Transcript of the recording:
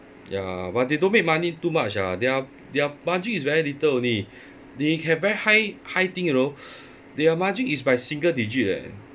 ya lah but they don't make money too much ah their their margin is very little only they have very high high thing you know their margin is by single digit eh